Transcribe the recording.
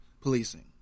policing